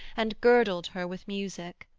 and girdled her with music.